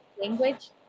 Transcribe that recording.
language